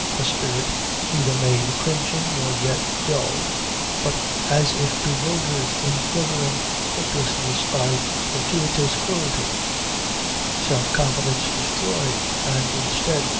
a spirit neither made cringing nor yet dulled but as if bewildered in quivering hopelessness by gratuitous cruelty self-confidence destroyed and, instead,